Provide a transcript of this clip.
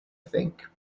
think